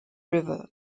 river